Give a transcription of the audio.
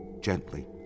Gently